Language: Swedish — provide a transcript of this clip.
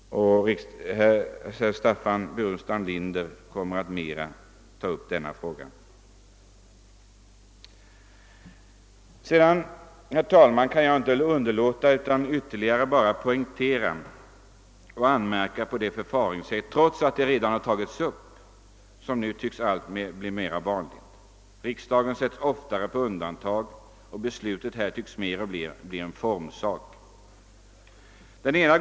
Herr Burenstam-Linder kommer att utförligare ta upp denna fråga. Jag kan inte, trots att saken redan tagits upp, underlåta att anmärka på ett förfaringssätt, som nu tycks bli allt mer vanligt. Riksdagen sätts allt oftare på undantag, och besluten här tycks mer och mer bli en formsak.